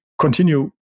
continue